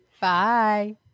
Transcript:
Bye